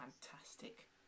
fantastic